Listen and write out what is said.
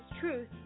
Truth